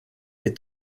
est